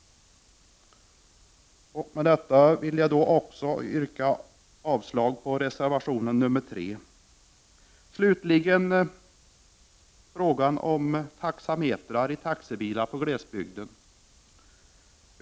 Med detta yrkar jag avslag på reservation 3. Låt mig slutligen säga några ord om taxametrar i taxibilar i glesbygden.